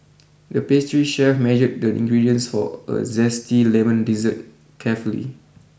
the pastry chef measured the ingredients for a zesty lemon dessert carefully